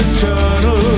Eternal